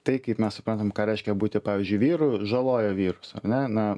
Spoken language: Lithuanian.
tai kaip mes suprantam ką reiškia būti pavyzdžiui vyru žaloja vyrus ar ne na